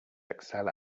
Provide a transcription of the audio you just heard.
excel